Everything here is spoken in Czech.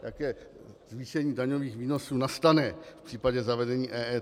Jaké zvýšení daňových výnosů nastane v případě zavedení EET.